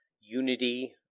Unity